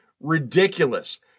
Ridiculous